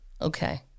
okay